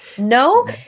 No